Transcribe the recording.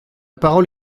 parole